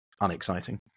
unexciting